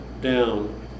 down